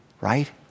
Right